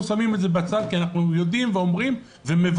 שמים את זה בצד כי אנחנו יודעים ואומרים ומבקשים,